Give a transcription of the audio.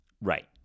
Right